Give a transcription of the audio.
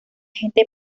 gente